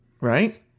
right